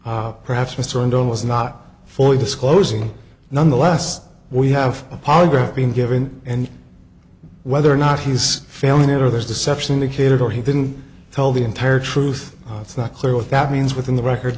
perhaps mr endo was not fully disclosing nonetheless we have a polygraph being given and whether or not he's failing it or there's deception indicated or he didn't tell the entire truth it's not clear what that means within the record